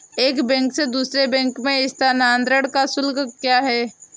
एक बैंक से दूसरे बैंक में स्थानांतरण का शुल्क क्या है?